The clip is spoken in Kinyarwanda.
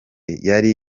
yari